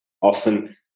often